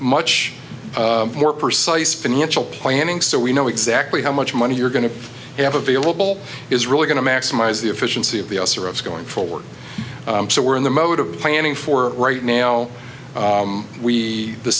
much more precise financial planning so we know exactly how much money you're going to have available is really going to maximize the efficiency of the going forward so we're in the mode of planning for right now we the